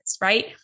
Right